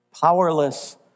powerless